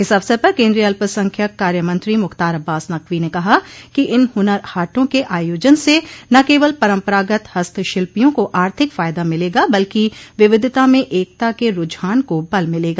इस अवसर पर केन्द्रीय अल्पसंख्यक कार्य मंत्री मुख्तार अब्बास नकवी ने कहा कि इन हनर हाटों के आयोजन से न केवल परम्परागत हस्तशिल्पियों को आर्थिक फायदा मिलेगा बल्कि विविधता में एकता के रूझान को बल मिलेगा